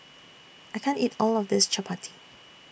I can't eat All of This Chapati